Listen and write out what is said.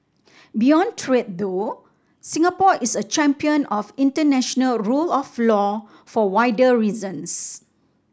beyond trade though Singapore is a champion of international rule of law for wider reasons